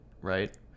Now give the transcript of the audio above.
right